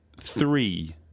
three